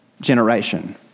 generation